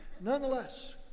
Nonetheless